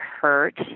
hurt